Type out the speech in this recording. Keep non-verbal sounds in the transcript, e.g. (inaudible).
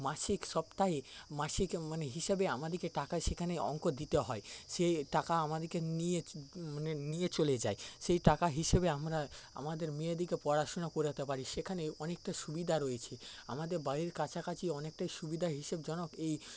মাসিক সপ্তাহে মাসিক মানে হিসেবে আমাদেরকে টাকা সেখানে অঙ্ক দিতে হয় সেই টাকা আমাদেরকে নিয়ে (unintelligible) নিয়ে চলে যায় সেই টাকা হিসেবে আমরা আমাদের মেয়েদেরকে পড়াশুনা করাতে পারি সেখানে অনেকটা সুবিধা রয়েছে আমাদের বাড়ির কাছাকাছি অনেকটাই সুবিধা হিসেবজনক এই